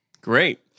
Great